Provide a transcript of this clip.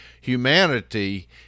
humanity